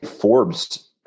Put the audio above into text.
Forbes